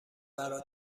برا